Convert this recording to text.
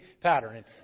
pattern